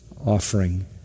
offering